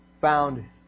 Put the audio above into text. found